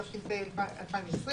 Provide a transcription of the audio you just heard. התש"ף 2020,